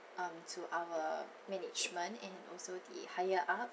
um to our management and also the higher up